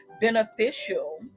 beneficial